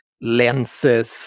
lenses